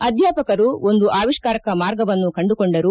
ಅಧ್ಯಾಪಕರು ಒಂದು ಆವಿಷ್ಕಾರಕ ಮಾರ್ಗವನ್ನು ಕಂದುಕೊಂಡರು